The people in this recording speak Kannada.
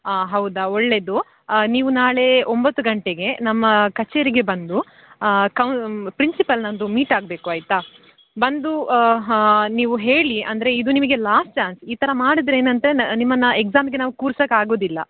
ಹಾಂ ಹೌದಾ ಒಳ್ಳೆಯದು ನೀವು ನಾಳೆ ಒಂಬತ್ತು ಗಂಟೆಗೆ ನಮ್ಮ ಕಚೇರಿಗೆ ಬಂದು ಕೌಂ ಪ್ರಿನ್ಸಿಪಾಲ್ನೊಂದು ಮೀಟ್ ಆಗಬೇಕು ಆಯಿತಾ ಬಂದು ನೀವು ಹೇಳಿ ಅಂದರೆ ಇದು ನಿಮಗೆ ಲಾಸ್ಟ್ ಚಾನ್ಸ್ ಈ ಥರ ಮಾಡದ್ರೆ ಏನಂತ ನಿಮ್ಮನ್ನು ಎಕ್ಸಾಮ್ಗೆ ನಾವು ಕೂರ್ಸಕ್ಕೆ ಆಗೋದಿಲ್ಲ